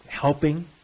helping